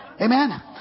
Amen